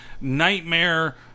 nightmare